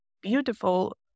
beautiful